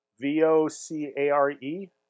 V-O-C-A-R-E